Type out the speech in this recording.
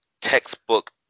textbook